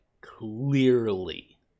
clearly